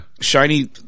Shiny